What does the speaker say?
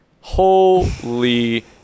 Holy